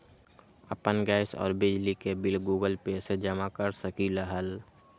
अपन गैस और बिजली के बिल गूगल पे से जमा कर सकलीहल?